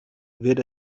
wird